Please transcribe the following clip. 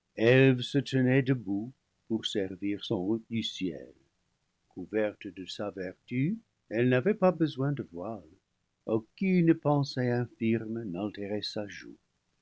debout pour servir son hôte du ciel couverte de sa vertu elle n'avait pas besoin de voile aucune pensée infirme n'altérait sa joue